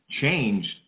changed